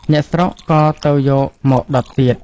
អ្នកស្រុក ក៏ទៅយកមកដុតទៀត ។